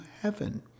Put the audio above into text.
heaven